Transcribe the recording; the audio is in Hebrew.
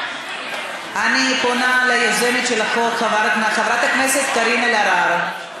אני פונה ליוזמת של החוק חברת הכנסת קרין אלהרר,